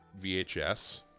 VHS